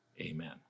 amen